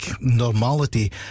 normality